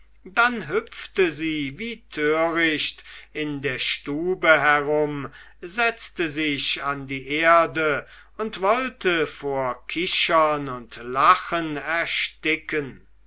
dann hüpfte sie wie töricht in der stube herum setzte sich an die erde und wollte vor kichern und lachen ersticken